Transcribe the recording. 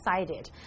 excited